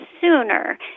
sooner